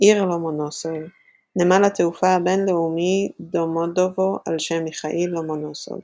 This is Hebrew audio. עיר לומונוסוב נמל התעופה הבין-לאומי דומודדובו על שם מיכאיל לומונוסוב